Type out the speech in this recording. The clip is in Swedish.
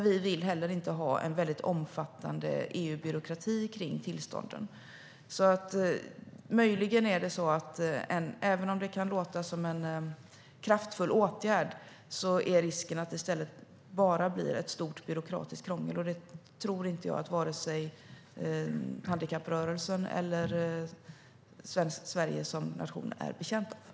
Vi vill heller inte ha en väldigt omfattande EU-byråkrati kring tillstånden. Även om det kan låta som en kraftfull åtgärd är risken att det i stället bara blir ett stort byråkratiskt krångel. Det tror inte jag att vare sig handikapprörelsen eller Sverige som nation är betjänta av.